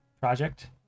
project